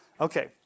Okay